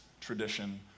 tradition